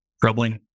troubling